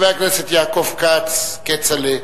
חבר הכנסת יעקב כץ, כצל'ה,